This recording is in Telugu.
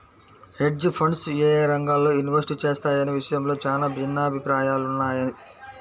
హెడ్జ్ ఫండ్స్ యేయే రంగాల్లో ఇన్వెస్ట్ చేస్తాయనే విషయంలో చానా భిన్నాభిప్రాయాలున్నయ్